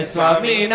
Swami